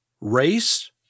race